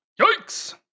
Yikes